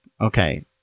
okay